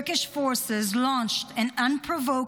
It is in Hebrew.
Turkish forces launched an unprovoked